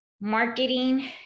marketing